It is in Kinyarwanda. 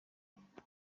rwanda